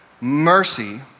Mercy